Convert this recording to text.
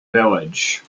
village